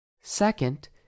Second